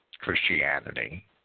Christianity